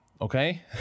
okay